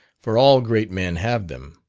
for all great men have them.